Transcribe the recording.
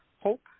Hope